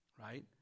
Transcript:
right